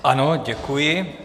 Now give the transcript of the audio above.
Ano, děkuji.